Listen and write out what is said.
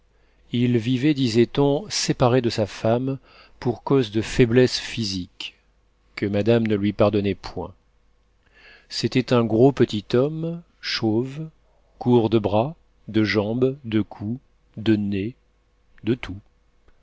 il vivait disait-on séparé de sa femme pour cause de faiblesse physique que madame ne lui pardonnait point c'était un gros petit homme chauve court de bras de jambes de cou de nez de tout